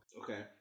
Okay